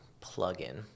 plug-in